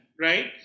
right